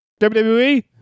WWE